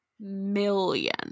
million